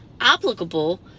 applicable